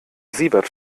siebert